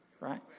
Right